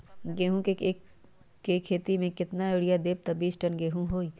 गेंहू क खेती म केतना यूरिया देब त बिस टन गेहूं होई?